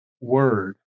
word